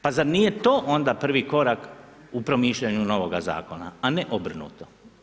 Pa zar nije to onda prvi korak u promišljanju novog zakona a ne obrnuto?